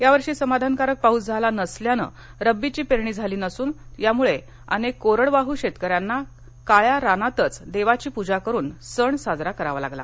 यावर्षी समाधानकारक पाऊस झाला नसल्यान रब्बीची पेरणी झाली नसून यामुळे अनेक कोरडवाहू शेतकऱ्यांना काळ्या रानातच देवाची पूजा करून सण साजरा करावा लागला